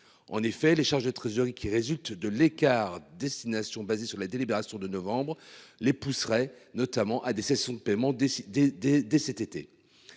En effet, les charges de trésorerie qui résulte de l'écart destination basé sur la délibération de novembre les pousserait notamment à des cessions de paiement dès dès dès